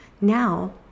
Now